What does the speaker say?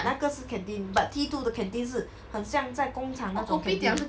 那个是 canteen but T two 的 canteen 很像在工厂那种 canteen